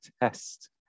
test